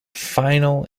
final